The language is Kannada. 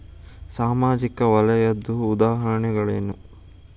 ಸಾಮಾಜಿಕ ವಲಯದ್ದು ಉದಾಹರಣೆಗಳೇನು?